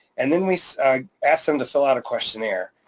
and then we asked them to fill out a questionnaire.